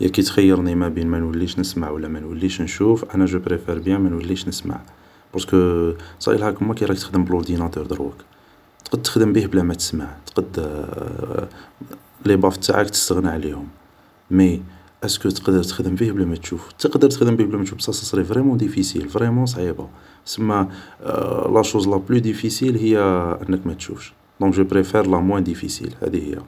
هي كي تخيرني اونتر ما نوليش نسمع ولا ما نوليش نشوف ، انا جوبريفار بيان ما نوليش نسمع ، بارسكو صاريلها كيما كيراك تخدم بلورديناتور دروك تقد تخدم بيه بلا ما تسمع ، تقد لي باف تاعك تستغنى عليهم ، مي ايسكو تقدر تخدم بيه بلا ما تشوف ، تقدر تخدم بيه بلا ما تشوف مي سا سري فريمون ديفيسيل ، فريمون صعيبة ، سما لو شوز لا بلو ديفيسيل انك ما تشوفش ، دونك جو بريفار لا موان ديفيسيل